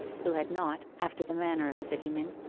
who had not, after the manner of city men,